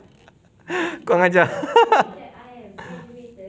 kurang ajar